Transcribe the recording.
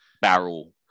barrel